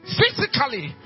physically